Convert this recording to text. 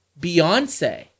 Beyonce